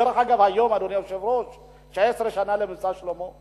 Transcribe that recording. דרך אגב, היום 19 שנה ל"מבצע שלמה",